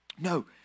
No